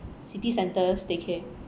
city centres staycay